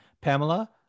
Pamela